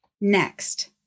Next